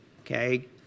okay